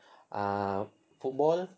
ah football